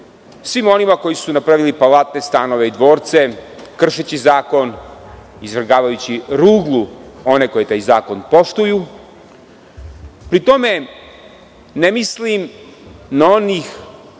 svima onima koji su napravili palate, stanove i dvorce, kršeći zakon, izvrgavajući ruglu one koji taj zakon poštuju? Pri tome, ne mislim na onih